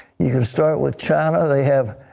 you can start with china. they have